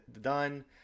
done